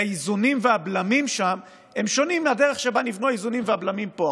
והאיזונים והבלמים שם שונים מהדרך שבה נבנו האיזונים והבלמים פה.